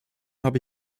habe